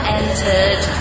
entered